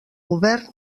govern